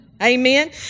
Amen